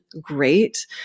great